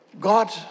God